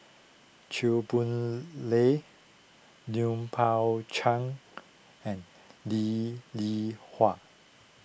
Chew Boon Lay Lui Pao Chuen and Lee Li Hua